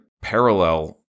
parallel